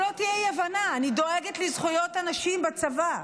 שלא תהיה אי-הבנה: אני דואגת לזכויות הנשים בצבא,